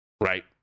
right